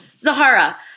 Zahara